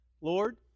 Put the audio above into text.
Lord